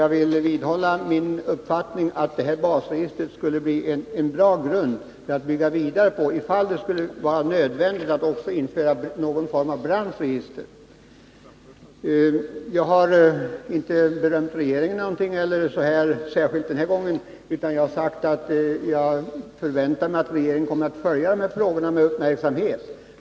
Jag vill vidhålla min uppfattning att basregistret skulle bli en bra grund att bygga vidare på för den händelse att det skulle visa sig nödvändigt att också införa någon form av branschregister. Jag har inte särskilt berömt regeringen den här gången. Jag har istället sagt att jag förväntar mig att regeringen kommer att följa de här frågorna med uppmärksamhet.